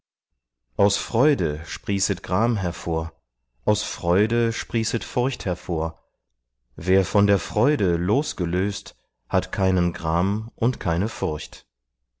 aus freude sprießet gram hervor aus freude sprießet furcht hervor wer von der freude losgelöst hat keinen gram und keine furcht